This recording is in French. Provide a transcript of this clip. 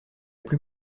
plus